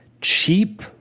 cheap